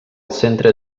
centre